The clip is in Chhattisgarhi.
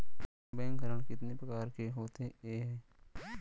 बैंक ऋण कितने परकार के होथे ए?